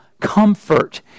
comfort